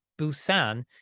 Busan